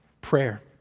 prayer